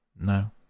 No